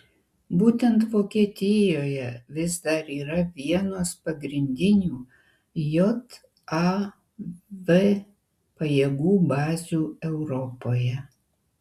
būtent vokietijoje vis dar yra vienos pagrindinių jav pajėgų bazių europoje